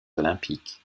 olympiques